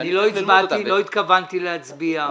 אני לא הצבעתי, לא התכוונתי להצביע.